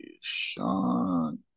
Sean